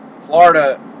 Florida